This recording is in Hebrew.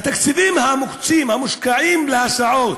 בתקציבים המוקצים, המושקעים בהסעות,